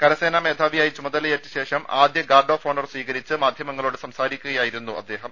കരസേനാ മേധാവിയായി ചുമതലയേറ്റ ശേഷം ആദ്യ ഗാർഡ് ഓഫ് ഓണർ സ്വീകരിച്ച് മാധ്യമങ്ങളോട് സംസാരിക്കുക യായിരുന്നു അദ്ദേഹം